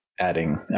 adding